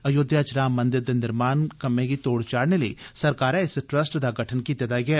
अयोध्या च राम मन्दिर दे निर्माण कम्मै गी तोड़ चाढ़ने लेई सरकारै इस ट्रस्ट दा गठन कीते दा ऐ